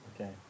Okay